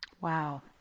Wow